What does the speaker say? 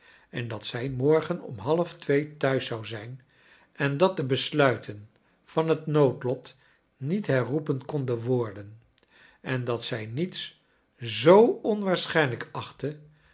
en dat zij morgen oni half twee thuis zou zijn en dat de besluiten van het noodlot niet herroepen konden worden en dat zij niets zoo onwaarschijnlijk achtte